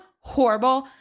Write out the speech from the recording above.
horrible